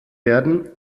werden